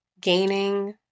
Gaining